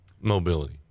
Mobility